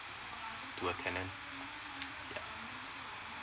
to a tenant yup